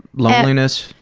loneliness?